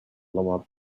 lower